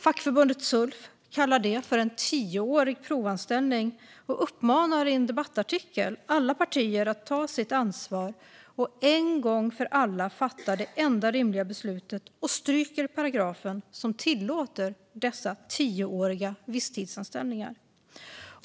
Fackförbundet Sulf kallar det för en tioårig provanställning och uppmanar i en debattartikel alla partier att ta sitt ansvar och en gång för alla fatta det enda rimliga beslutet och stryka paragrafen som tillåter dessa tioåriga visstidsanställningar.